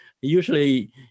usually